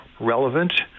relevant